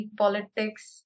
politics